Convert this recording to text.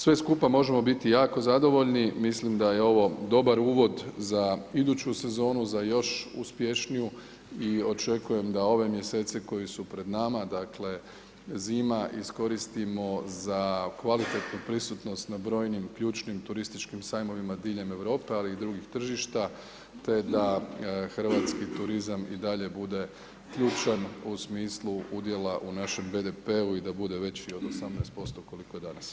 Sve skupa možemo biti jako zadovoljni, mislim da je ovo dobar uvod za iduću sezonu, za još uspješniju i očekujem da ove mjesece koji su pred nema, dakle zima, iskoristimo za kvalitetnu prisutnost na brojnim ključnim turističkim sajmovima diljem Europe ali i drugih tržišta te da hrvatski turizam i dalje bude ključan u smislu udjela u našem BDP-u i da bude veći od 18% koliko je danas.